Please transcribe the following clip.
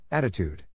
Attitude